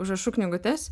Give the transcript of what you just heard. užrašų knygutes